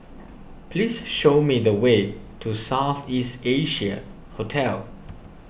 please show me the way to South East Asia Hotel